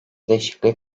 değişikliği